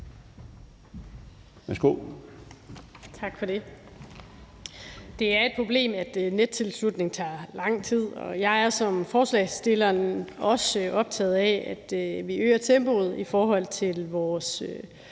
(SF): Tak for det. Det er et problem, at nettilslutning tager lang tid, og jeg er ligesom forslagsstillerne også optaget af, at vi øger tempoet i forhold til vores